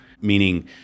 meaning